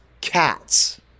cats